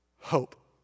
Hope